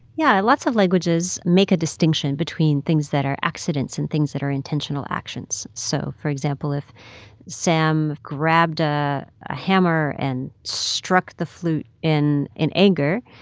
yeah. lots of languages make a distinction between things that are accidents and things that are intentional actions. so for example, if sam grabbed ah a hammer and struck the flute in in anger,